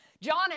John